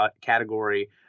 category